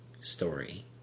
story